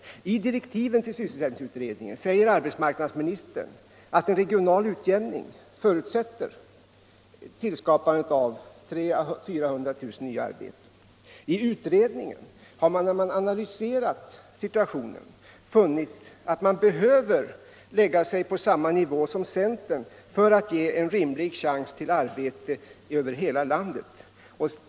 I direktiven till sysselsättningsutredningen säger arbetsmarknadsministern att en regional utjämning förutsätter tillskapandet av 300 000 äå 400 000 nya arbeten. I utredningen har man, när man analyserat situationen, funnit att man behöver lägga sig på sam ma nivå som centern för att ge en rimlig chans till arbete över hela landet.